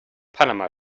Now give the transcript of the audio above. panama